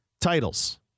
titles